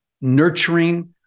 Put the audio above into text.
nurturing